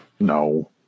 no